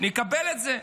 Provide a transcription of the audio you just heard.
נקבל את זה,